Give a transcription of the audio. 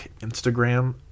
Instagram